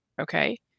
okay